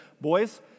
boys